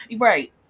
right